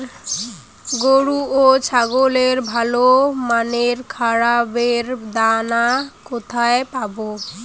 গরু ও ছাগলের ভালো মানের খাবারের দানা কোথায় পাবো?